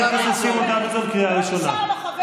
לא נשאר לו חבר אחד.